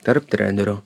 tarp trenerio